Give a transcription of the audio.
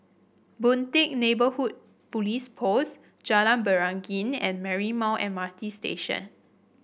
Boon Teck Neighbourhood Police Post Jalan Beringin and Marymount M R T Station